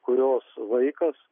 kurios vaikas